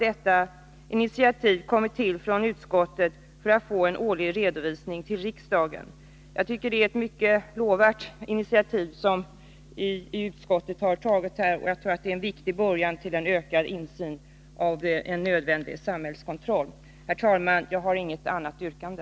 Detta initiativ från utskottet har kommit till för att få en årlig redovisning till kammaren. Jag tycker det är ett mycket lovvärt initiativ som utskottet har tagit här, och jag tror att det är en viktig början till en ökad insyn i en nödvändig samhällskontroll. Herr talman! Jag har inget yrkande.